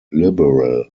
liberal